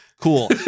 Cool